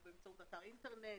באמצעות אתר אינטרנט,